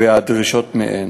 ואת הדרישות מהן.